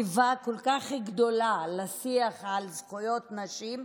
איבה כל כך גדולה לשיח על זכויות נשים,